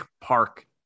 park